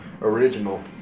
original